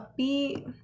upbeat